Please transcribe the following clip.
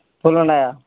పూలు ఉన్నాయా